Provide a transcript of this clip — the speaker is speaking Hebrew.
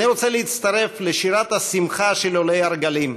אני רוצה להצטרף לשירת השמחה של עולי הרגלים,